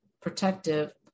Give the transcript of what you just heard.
protective